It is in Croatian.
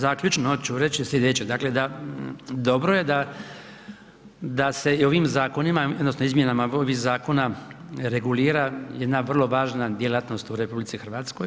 Zaključno hoću reći slijedeće, dakle, da dobro je da se i ovim zakonima odnosno izmjenama ovih zakona regulira jedna vrlo važna djelatnost u RH.